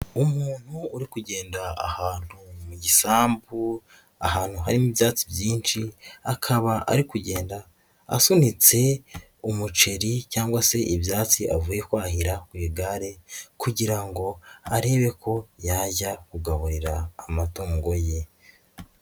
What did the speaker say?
Umuntu uri kugenda ahantu mu gisambu ahantu harimo ibyatsi byinshi, akaba ari kugenda asunitse umuceri cyangwa se ibyatsi avuye kwahira ku igare kugira ngo arebe ko yajya kugaburira amatungo ye.